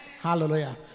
Hallelujah